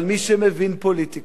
אבל מי שמבין פוליטיקה,